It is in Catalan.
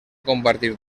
compartir